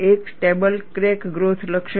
એક stable crack growth લક્ષણ છે